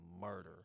murder